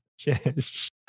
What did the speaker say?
Yes